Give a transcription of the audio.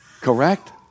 Correct